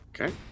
Okay